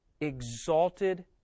exalted